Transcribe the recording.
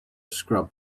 scrub